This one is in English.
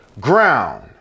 ground